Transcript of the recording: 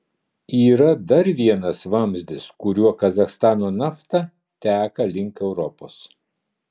yra dar vienas vamzdis kuriuo kazachstano nafta teka link europos